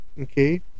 okay